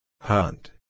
Hunt